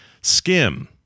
skim